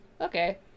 Okay